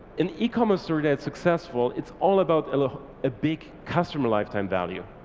an ecommerce store that's successful, it's all about a lot a big customer lifetime value.